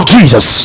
Jesus